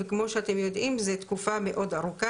וכמו שאתם יודעים זו תקופה מאוד ארוכה